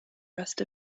rest